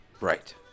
Right